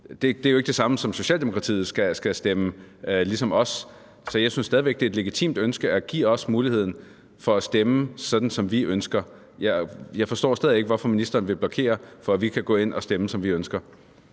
er det jo ikke det samme, som at Socialdemokratiet skal stemme ligesom os. Så jeg synes stadig væk, det er et legitimt ønske at give os muligheden for at stemme, sådan som vi ønsker. Jeg forstår stadig ikke, hvorfor ministeren vil blokere for, at vi kan gå ind og stemme, som vi ønsker.